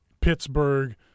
Pittsburgh